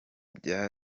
bya